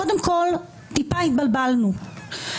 קודם כול, טיפה התבלבלנו.